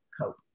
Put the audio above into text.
cope